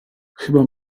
chyba